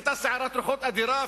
היתה סערת רוחות אדירה,